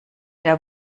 der